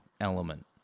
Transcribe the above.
element